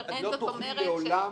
אין זאת אומרת --- את לא תוכלי לעולם,